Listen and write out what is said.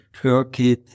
Turkey